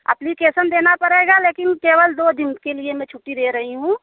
application देना पड़ेगा लेकिन केवल दो दिन के लिए मैं छुट्टी दे रही हूँ